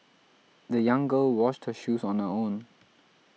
the young girl washed her shoes on her own